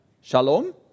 shalom